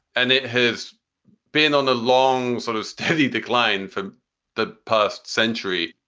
and it has been on a long, sort of steady decline for the past century.